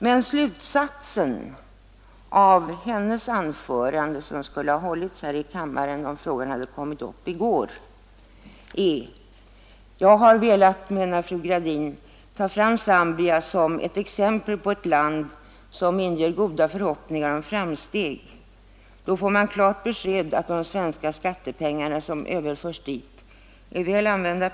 Men slutsatsen av hennes anförande, som skulle ha hållits här i riksdagen om detta ämnesavsnitt hade kommit upp i går, är: Jag har, menar fru Gradin, velat ta fram Zambia som ett exempel på de länder som inger goda förhoppningar om framsteg; det ger ett klart besked om att de svenska skattepengar som överförs dit är väl använda.